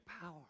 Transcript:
power